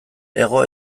hego